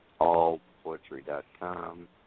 allpoetry.com